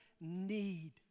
need